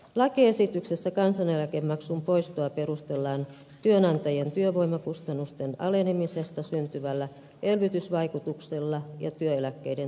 lakiesityksessä kansaneläkemaksun poistoa perustellaan työnantajien työvoimakustannusten alenemisesta syntyvällä elvytysvaikutuksella ja työeläkkeiden turvaamisella